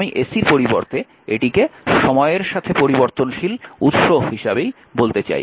আমি ac এর পরিবর্তে এটিকে সময়ের সাথে পরিবর্তনশীল উৎস হিসাবেই বলতে চাই